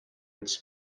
its